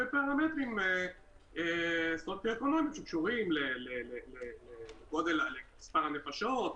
פרמטרים שקשורים למספר הנפשות,